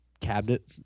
cabinet